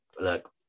look